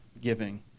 giving